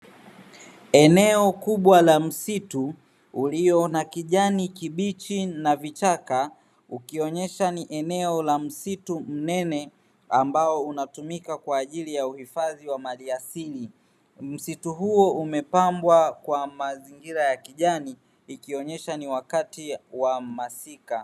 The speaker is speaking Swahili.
Eneo kubwa la msitu ulio na kijani kibichi na vichaka, ukionyesha ni eneo la msitu mnene ambao unatumika kwa ajili ya uhifadhi wa maliasili. Msitu huo umepambwa kwa mazingira ya kijani, ikionyesha ni wakati wa masika.